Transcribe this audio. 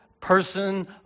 person